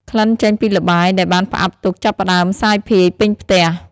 ក្លិនចេញពីល្បាយដែលបានផ្អាប់ទុកចាប់ផ្ដើមសាយភាយពេញផ្ទះ។